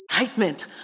excitement